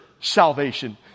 salvation